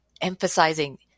emphasizing